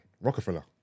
Rockefeller